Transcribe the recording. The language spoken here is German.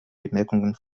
bemerkungen